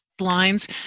lines